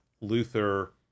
Luther